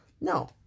No